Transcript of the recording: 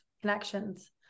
connections